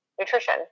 nutrition